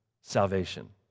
salvation